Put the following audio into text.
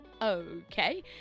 Okay